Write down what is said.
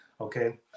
Okay